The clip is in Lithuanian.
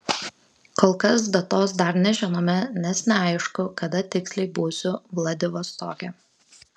kol kas datos dar nežinome nes neaišku kada tiksliai būsiu vladivostoke